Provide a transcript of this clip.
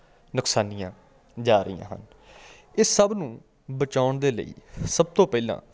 ਨੁਕਸਾਨੀਆਂ ਜਾ ਰਹੀਆਂ ਹਨ ਇਹ ਸਭ ਨੂੰ ਬਚਾਉਣ ਦੇ ਲਈ ਸਭ ਤੋਂ ਪਹਿਲਾਂ